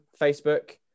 Facebook